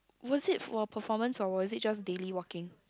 was it for a performance or was it just daily walking